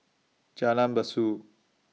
Jalan Besut